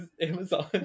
Amazon